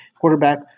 quarterback